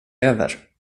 över